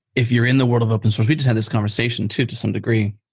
if you're in the world of open source we just had this conversation to to some degree.